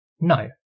No